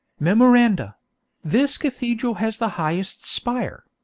memoranda this cathedral has the highest spire.